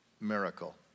miracle